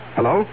Hello